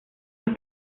los